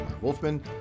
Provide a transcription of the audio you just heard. Wolfman